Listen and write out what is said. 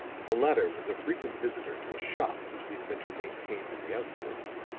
the latter was a frequent visitor to a shop which the inventor maintained in the outskirts,